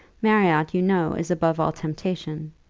marriott, you know, is above all temptation.